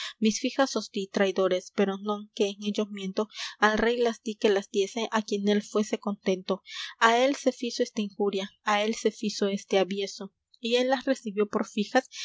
mis fijas os dí traidores pero non que en ello miento al rey las dí que las diese á quien él fuese contento á él se fizo esta injuria á él se fizo este avieso y él las recibió por fijas